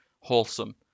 wholesome